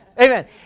Amen